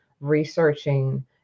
researching